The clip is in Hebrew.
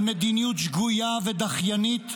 על מדיניות שגוייה ודחיינית,